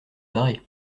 barrer